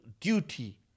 duty